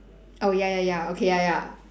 oh ya ya ya okay ya ya